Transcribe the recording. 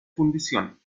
fundición